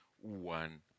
one